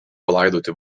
palaidoti